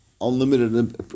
unlimited